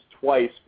twice